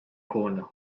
corner